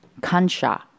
Kansha